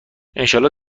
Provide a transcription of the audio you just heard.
انشاالله